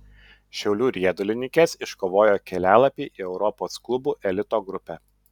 šiaulių riedulininkės iškovojo kelialapį į europos klubų elito grupę